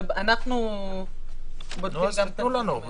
אנחנו בודקים גם את --- אז תנו לנו,